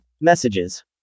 Messages